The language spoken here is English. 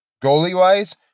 Goalie-wise